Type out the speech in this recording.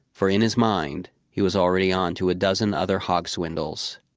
for in his mind he was already on to a dozen other hog swindles